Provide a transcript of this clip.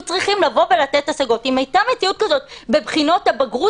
צריכים לבוא ולתת השגות אם הייתה מציאות כזאת בבחינות הבגרות,